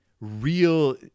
Real